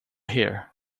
here